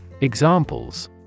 Examples